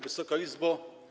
Wysoka Izbo!